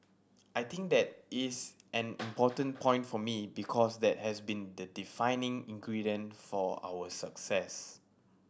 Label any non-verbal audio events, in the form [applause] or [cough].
I think that is an [noise] important point for me because that has been the defining ingredient for our success